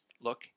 look